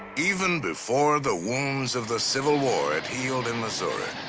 even before the wounds of the civil war had healed in missouri,